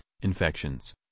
infections